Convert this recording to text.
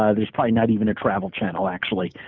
ah there's probably not even a travel channel, actually.